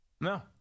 No